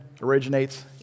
originates